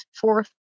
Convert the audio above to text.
fourth